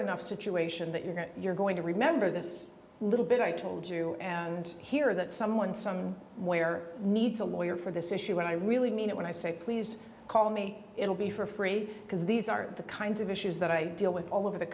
enough situation that you're going to you're going to remember this little bit i told you and here that someone some where needs a lawyer for this issue when i really mean it when i say please call me it'll be for free because these are the kinds of issues that i deal with all over the